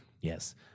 Yes